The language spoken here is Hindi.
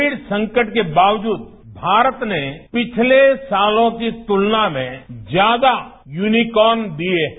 कोविड संकट के बावजूद भारतने पिछले सातों की तुलना में ज्यादा यूनीकोन दिए हैं